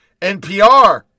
NPR